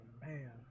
man